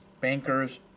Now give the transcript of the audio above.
bankers